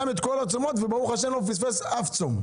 את כל ימי הצום וברוך השם לא פספס אף יום צום.